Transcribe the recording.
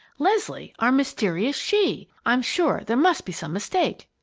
leslie our mysterious she i'm sure there must be some mistake.